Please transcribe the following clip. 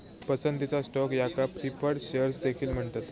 पसंतीचा स्टॉक याका preferred shares देखील म्हणतत